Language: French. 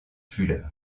fuller